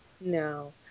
No